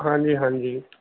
ਹਾਂਜੀ ਹਾਂਜੀ